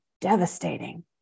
devastating